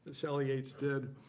sally yates did